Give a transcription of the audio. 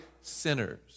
sinners